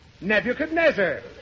Nebuchadnezzar